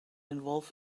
involve